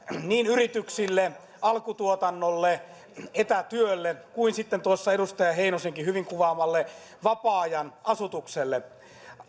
niin yrityksille alkutuotannolle etätyölle kuin sitten edustaja heinosenkin hyvin kuvaamalle vapaa ajan asutukselle